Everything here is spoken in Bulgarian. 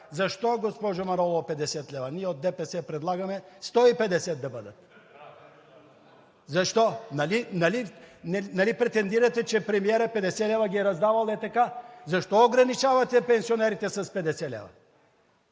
Защо, госпожо Манолова, 50 лв.? Ние от ДПС предлагаме да бъдат 150. Защо? Нали претендирате, че премиерът 50 лв. ги е раздавал ей така. Защо ограничавате пенсионерите с 50 лв.?